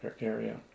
area